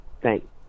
thanks